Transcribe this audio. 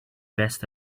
best